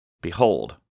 Behold